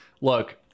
Look